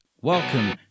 Welcome